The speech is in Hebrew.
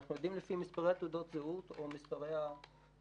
ואנחנו יודעים לפי מספרי תעודת הזהות או לפי מספרי הדרכונים